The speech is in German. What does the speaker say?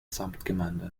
samtgemeinde